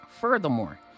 Furthermore